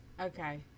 Okay